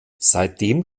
seitdem